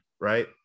right